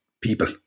people